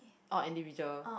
oh individual